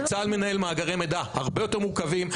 צה"ל מנהל מאגרי מידע הרבה יותר מורכבים.